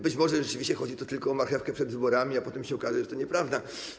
Być może rzeczywiście chodzi tylko o marchewkę przed wyborami, a potem się okaże, że to nieprawda.